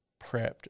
prepped